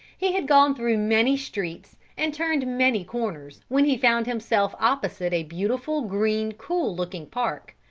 he had gone through many streets and turned many corners, when he found himself opposite a beautiful, green, cool-looking park.